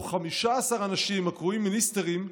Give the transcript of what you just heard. או 15 אנשים הקרויים 'מיניסטרים'